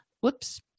Whoops